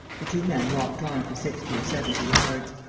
the two men walked on for sixty or seventy yards.